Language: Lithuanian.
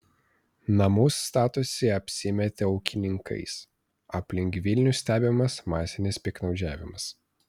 namus statosi apsimetę ūkininkais aplink vilnių stebimas masinis piktnaudžiavimas